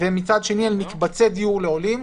ומצד שני על מקבצי דיור לעולים,